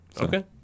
Okay